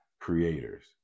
creators